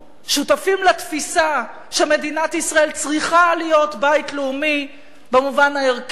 שותפים לתפיסה שמדינת ישראל צריכה להיות בית לאומי במובן הערכי,